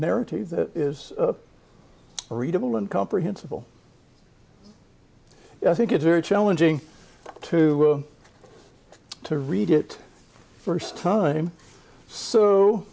narrative that is readable and comprehensible i think it's very challenging to to read it first time so